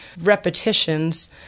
repetitions